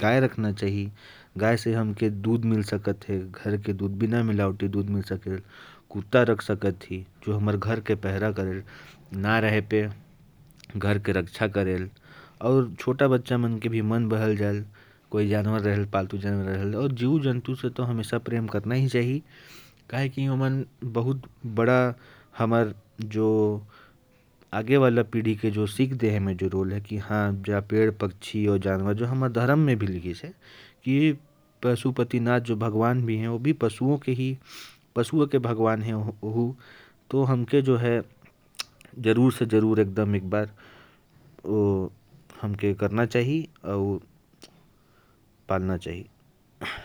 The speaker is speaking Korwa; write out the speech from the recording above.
पालना चाहिए ताकि घर की रखवाली हो सके। और हमारे हिंदू धर्म में तो पशुपतिनाथ भगवान हैं, जो जानवरों के भी भगवान हैं, इंसान के साथ।